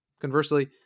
conversely